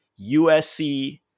USC